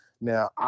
Now